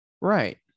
Right